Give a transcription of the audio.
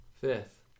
Fifth